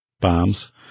bombs